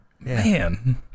man